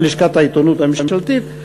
לשכת העיתונות הממשלתית.